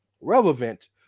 relevant